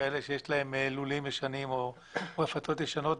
כאלה שיש להם לולים ישנים או רפתות ישנות.